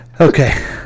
Okay